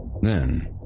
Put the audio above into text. Then